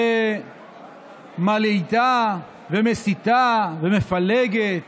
שמלהיטה ומסיתה ומפלגת